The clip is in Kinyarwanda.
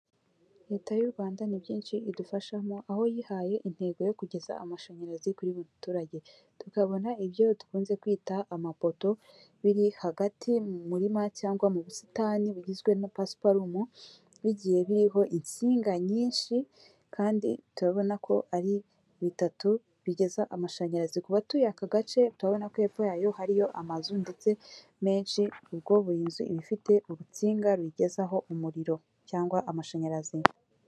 Leta y'u Rwanda ni byinshi idufashamo aho yihaye intego yo kugeza amashanyarazi kuri buri muturage . Tukabona ibyo dukunze kwita amapoto biri hagati mu murima cyangwa mu busitani bugizwe na pasiparumubigiye biriho insinga nyinshi kandi turabona ko ari bitatu bigeza amashanyarazi ku batuye aka gace, turabona ko epfo yayo hariyo amazu ndetse menshi ubwo buri nzu ifite urusinga ruyigezaho umuriro cyangwa amashanyarazi.